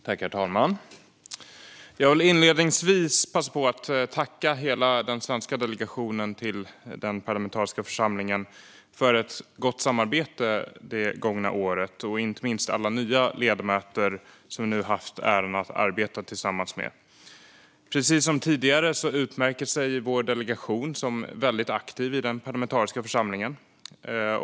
Herr talman! Jag vill inledningsvis passa på att tacka hela den svenska delegationen till den parlamentariska församlingen för ett gott samarbete det gångna året, inte minst alla nya ledamöter som vi nu haft äran att arbeta tillsammans med. Precis som tidigare utmärker sig vår delegation som väldigt aktiv i den parlamentariska församlingen.